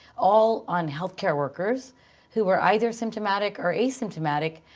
all on health care workers who were either symptomatic or asymptomatic.